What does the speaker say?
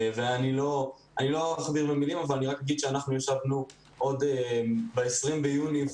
אני לא אכביר מילים אבל אני רק אומר שאנחנו ישבנו עוד ב-20 ביוני,